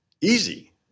easy